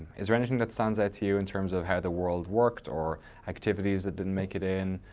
is there anything that stands out to you in terms of how the world worked or activities that didn't make it in,